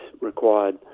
required